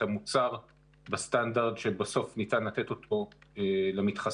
את המוצר בסטנדרט שניתן לתת אותו למתחסן.